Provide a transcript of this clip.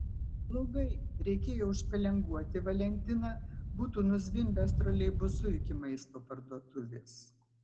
blogai reikėjo užpelenguoti valentiną būtų nuzvimbęs troleibusu iki maisto parduotuvės